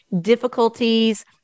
difficulties